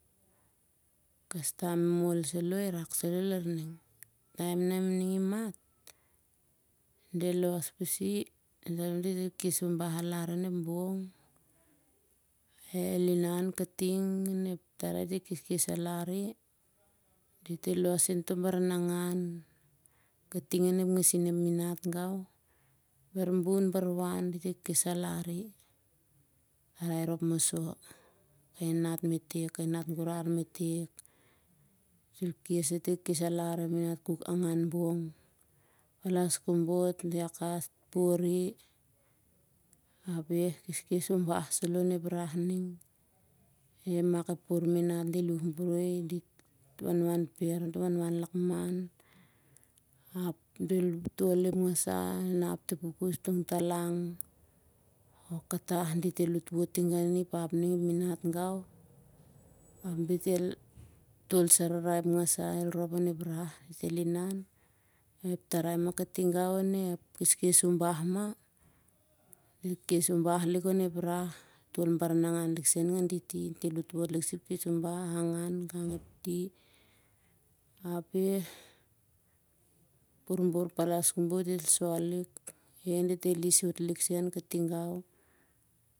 Kastam momol saloh irak sah lar ning ep taem na ning i mat. Del los pasi de wot del kes ubah alari on ep bong. El inan katingkai tarai dit el kes alari dit el los sen toh baranangan kating on ep ngasin ep minat gau. Bar bun bar wan dit el kes alari ep tarai rop moso. Kai nanat metek kai nanat gurar metek. Dit el kes alari kuk anguan bong. Palas kobot di hakas di pori ap e keskes ubah saloh on ep rah ning. Del mak ep por minat del wanwan per on toh lakman. Ap del tol ep ngasa el nap tipukus tong talang. Oh katah dit el wotwot tingau ep minat gau. Ap dit el tol sararai ep ngasah el rop on ep rah. Tarai on ep keskes ubah dit el wotwot sen on ep rah. Del tol baranagan lik sen ngan dit i. Kes ubah angan gang tea ap e borbor palas kobot del sol lik ap del his lik sen katigau.